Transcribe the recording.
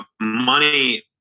money